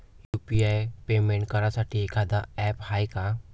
UPI payment करासाठी एखांद app हाय का?